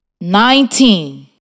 nineteen